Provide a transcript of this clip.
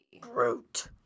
Groot